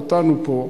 ואותנו פה,